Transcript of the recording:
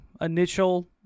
initial